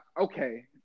okay